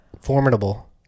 Formidable